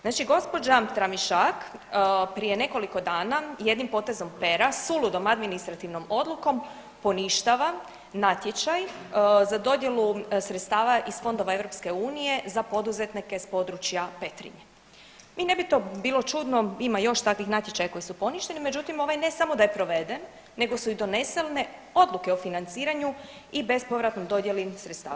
Znači gospođa Tramišak prije nekoliko dana jednim potezom pera suludom administrativnom odlukom poništava natječaj za dodjelu sredstava iz fondova EU za poduzetnike s područja Petrinje i ne bi to bilo čudno ima još takvih natječaja koji su poništeni, međutim ovaj ne samo da je proveden nego su i donesene odluke o financiranju i bespovratnoj dodjeli sredstava.